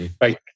Right